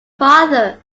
father